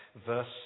verse